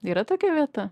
yra tokia vieta